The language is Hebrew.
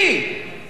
מאזרחי המדינה.